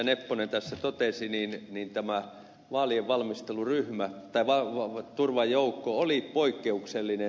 nepponen tässä totesi tämä vaalien turvajoukko oli poikkeuksellinen